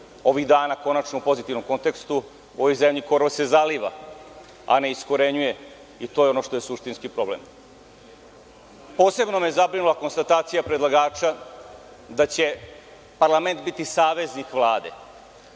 ovih dana konačno u pozitivnom kontekstu, u ovoj zemlji korov se zaliva, a ne iskorenjuje, i to je ono što je suštinski problem. Posebno me zabrinula konstatacija predlagača da će parlament biti saveznik Vlade,